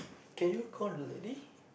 can you call the lady